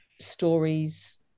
stories